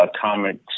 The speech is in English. Comics